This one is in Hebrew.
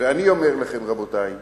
ואני אומר לכם, רבותי,